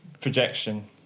projection